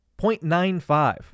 0.95